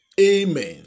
Amen